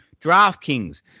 DraftKings